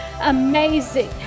amazing